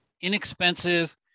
inexpensive